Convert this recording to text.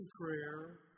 prayer